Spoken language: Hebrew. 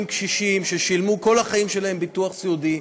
קשישים ששילמו כל החיים שלהם ביטוח סיעודי,